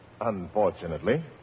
Unfortunately